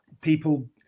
people